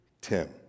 Tim